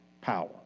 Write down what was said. power